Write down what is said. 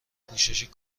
پوشش